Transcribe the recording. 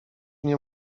nie